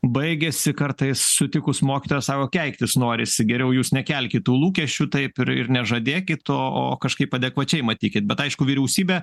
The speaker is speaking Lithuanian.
baigiasi kartais sutikus mokytoją savo keiktis norisi geriau jūs nekelkit tų lūkesčių taip ir ir nežadėkite o kažkaip adekvačiai matykit bet aišku vyriausybė